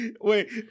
Wait